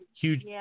Huge